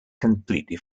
completely